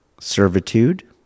servitude